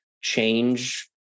change